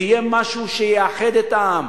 זה יהיה משהו שיאחד את העם.